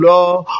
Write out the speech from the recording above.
Lord